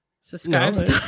subscribe